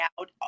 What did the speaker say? out